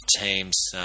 teams